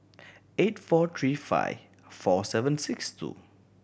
eight four three five four seven six two